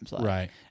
Right